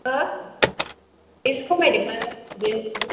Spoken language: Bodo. हो एसे खमायदोहाय स्थुदेन्ट नालाय